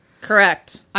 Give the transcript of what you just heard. Correct